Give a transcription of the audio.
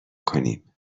کنیم